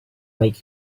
make